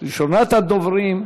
מס' 7021,